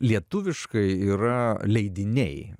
lietuviškai yra leidiniai